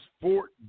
Fort